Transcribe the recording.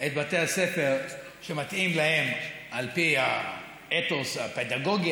את בתי הספר שמתאימים להם על פי האתוס הפדגוגי.